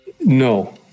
No